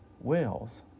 whales